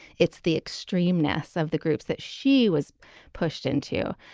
it's the extreme ness of the groups that she was pushed into,